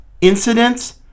incidents